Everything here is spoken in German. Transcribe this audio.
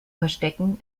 verstecken